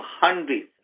hundreds